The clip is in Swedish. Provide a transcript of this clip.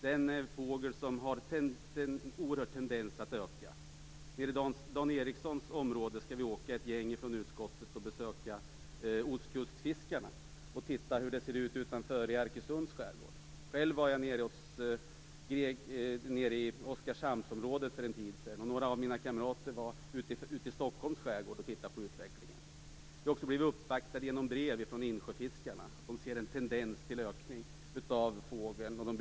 Det är en fågelstam som har en tendens att öka oerhört. Ett gäng från utskottet skall åka till Dan Ericssons hemtrakter och besöka ostkustfiskarna för att se hur det ser ut i Arkösunds skärgård. Själv var jag i Oskarshamnsområdet för en tid sedan medan några av mina kamrater var i Stockholms skärgård och såg på utvecklingen där. Vi har också blivit uppvaktade genom brev från insjöfiskarna. Även de ser en tendens till ökning av denna fågelstam.